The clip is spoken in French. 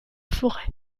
forêt